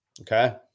okay